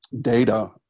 data